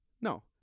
No